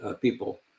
people